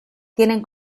tienen